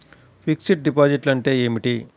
Fixed డిపాజిట్లు అంటే ఏమిటి?